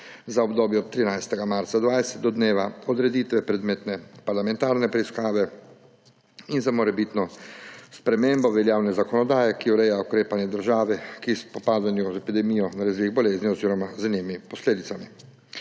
za obdobje od 13. marca 2020 do dneva odreditve predmetne parlamentarne preiskave in za morebitno spremembo veljavne zakonodaje, ki ureja ukrepanje države pri spopadanju z epidemijo nalezljive bolezni oziroma z njenimi posledicami.